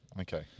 Okay